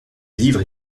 livres